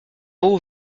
haut